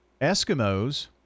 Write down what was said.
Eskimos